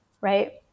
right